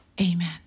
amen